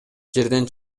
жерден